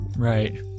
right